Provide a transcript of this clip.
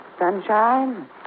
sunshine